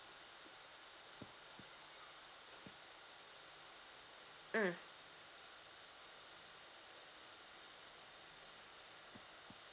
mm